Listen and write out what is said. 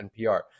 NPR